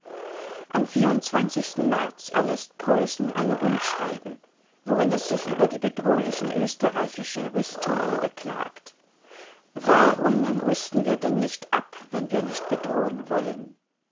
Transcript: am märz erläßt preußen ein rundschreiben worin es sich über die bedrohlichen österreichischen rüstungen beklagt warum rüsten wir denn nicht ab wenn wir nicht bedrohen wollen